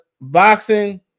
boxing –